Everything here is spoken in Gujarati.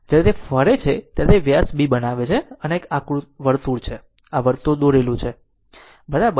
જ્યારે તે ફરે છે ત્યારે તે વ્યાસ B બનાવે છે અને આ એક વર્તુળ છે વર્તુળ દોરેલું છે બરાબર